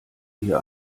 hier